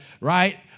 right